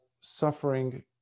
suffering